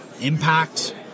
impact